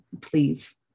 please